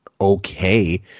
okay